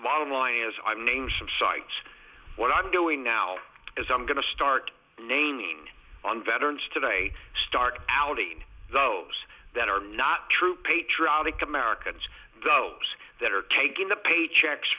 bottom line as i'm name some sites what i'm doing now is i'm going to start naming on veterans today stark outing those that are not true patriotic americans those that are taking the paychecks